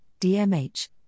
DMH